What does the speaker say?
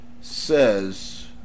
Says